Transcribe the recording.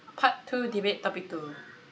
part two debate topic two